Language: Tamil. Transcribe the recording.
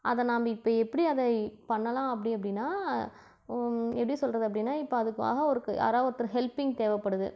அதை நாம்ப இப்போ எப்படி அதை பண்ணலாம் அப்படி அப்படினா எப்படி சொல்லுறது அப்படினா இப்போ அதுக்காக அவருக்கு யாராவது ஒருத்தர் ஹெல்பிங் தேவைப்படுது